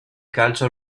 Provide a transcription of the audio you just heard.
calcio